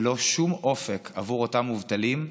ללא שום אופק עבור אותם מובטלים,